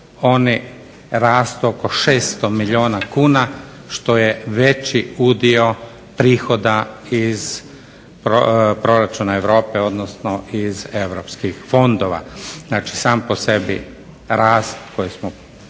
oni rastu oko 600 milijuna kuna što je veći udio prihoda iz proračuna Europe, odnosno iz europskih fondova. Znači, sam po sebi rast koji smo